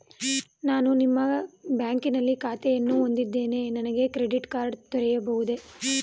ನಾನು ನಿಮ್ಮ ಬ್ಯಾಂಕಿನಲ್ಲಿ ಖಾತೆಯನ್ನು ಹೊಂದಿದ್ದೇನೆ ನನಗೆ ಕ್ರೆಡಿಟ್ ಕಾರ್ಡ್ ದೊರೆಯುವುದೇ?